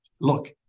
Look